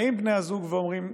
באים בני הזוג ואומרים,